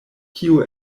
kio